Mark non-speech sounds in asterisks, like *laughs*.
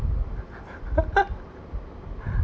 *laughs* *breath*